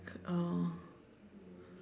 uh